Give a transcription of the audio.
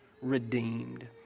redeemed